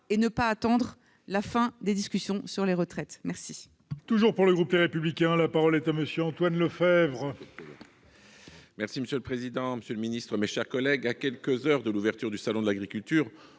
sans attendre la fin des discussions sur les retraites. La